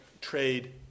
trade